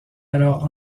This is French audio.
alors